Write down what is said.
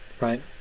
right